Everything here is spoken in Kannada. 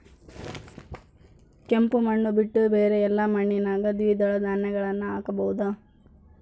ಕೆಂಪು ಮಣ್ಣು ಬಿಟ್ಟು ಬೇರೆ ಎಲ್ಲಾ ಮಣ್ಣಿನಾಗ ದ್ವಿದಳ ಧಾನ್ಯಗಳನ್ನ ಹಾಕಬಹುದಾ?